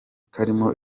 karimo